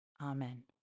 Amen